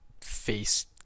face